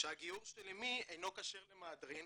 שהגיור של אמי אינו כשר למהדרין